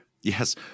Yes